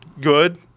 good